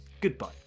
goodbye